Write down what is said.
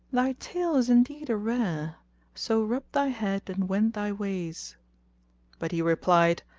thy tale is indeed a rare so rub thy head and wend thy ways but he replied,